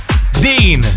Dean